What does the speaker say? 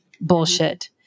bullshit